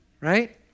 right